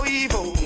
evil